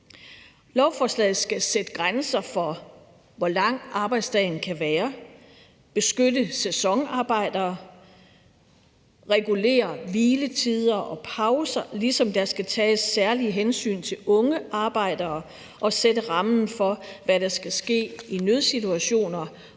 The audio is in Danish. Lovforslaget skal sætte grænser for, hvor lang arbejdsdagen kan være, beskytte sæsonarbejdere, regulere hviletider og pauser, ligesom der skal tages særlige hensyn til unge arbejdere, det skal sætte rammen for, hvad der skal ske i nødsituationer,